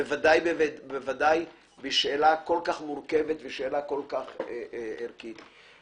ודאי בשאלה כל כך מורכבת וערכית.